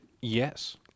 Yes